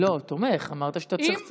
לא, תומך, אמרת שצריך תקציב.